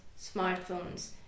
smartphones